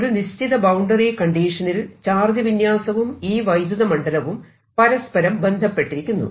ഒരു നിശ്ചിത boundary condition നിൽ ചാർജ് വിന്യാസവും ഈ വൈദ്യുത മണ്ഡലവും പരസ്പരം ബന്ധപ്പെട്ടിരിക്കുന്നു